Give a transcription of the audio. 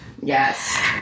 Yes